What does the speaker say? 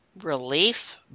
relief